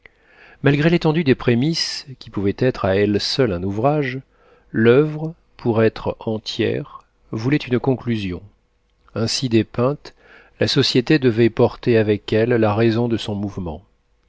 malgré l'étendue des prémisses qui pouvaient être à elles seules un ouvrage l'oeuvre pour être entière voulait une conclusion ainsi dépeinte la société devait porter avec elle la raison de son mouvement